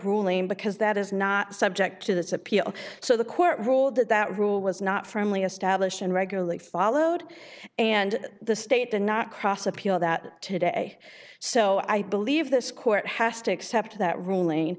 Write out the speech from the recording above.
ruling because that is not subject to this appeal so the court ruled that that rule was not friendly established and regularly followed and the state did not cross appeal that today so i believe this court has to accept that ruling